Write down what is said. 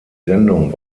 sendung